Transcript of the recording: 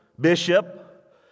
bishop